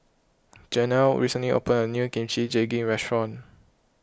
Janel recently opened a new Kimchi Jjigae restaurant